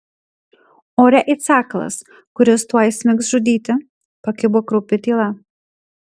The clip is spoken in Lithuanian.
ore it sakalas kuris tuoj smigs žudyti pakibo kraupi tyla